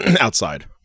outside